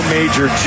Major